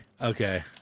Okay